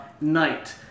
night